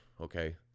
Okay